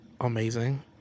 amazing